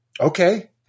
okay